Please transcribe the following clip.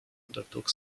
undertook